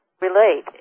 relate